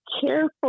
careful